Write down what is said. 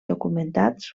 documentats